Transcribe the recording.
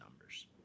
numbers